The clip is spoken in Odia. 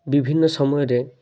ବିଭିନ୍ନ ସମୟରେ